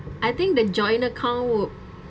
I think the joint account would